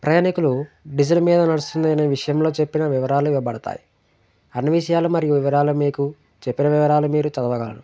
ప్రయాణికులు డిజిల్ మీద నడుస్తుంది అనే విషయంలో చెప్పిన వివరాలు ఇవ్వబడతాయి అన్ని విషయాలు మరియు వివరాలు మీకు చెప్పిన వివరాలు మీరు చదవగలరు